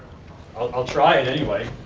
i'll try it, anyway,